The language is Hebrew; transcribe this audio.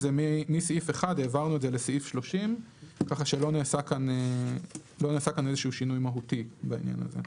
זה מסעיף 1 לסעיף 30 ככה שלא נעשה כאן איזשהו שינוי מהותי בעניין הזה.